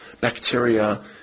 bacteria